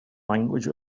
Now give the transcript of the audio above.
language